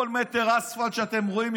כל מטר אספלט שאתם רואים,